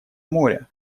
моря